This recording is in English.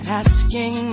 asking